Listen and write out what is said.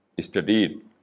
studied